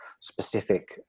specific